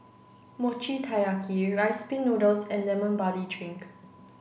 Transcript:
Mochi Taiyaki rice pin noodles and lemon barley drink